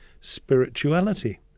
spirituality